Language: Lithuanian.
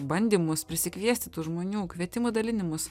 bandymus prisikviesti tų žmonių kvietimų dalinimus